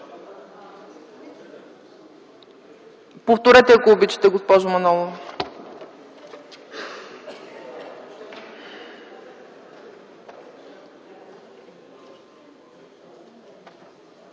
Повторете, ако обичате, госпожо Манолова.